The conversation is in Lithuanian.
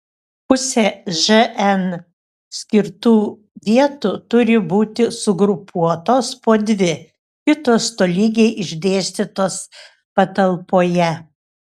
pusė žn skirtų vietų turi būti sugrupuotos po dvi kitos tolygiai išdėstytos patalpoje